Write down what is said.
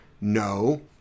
No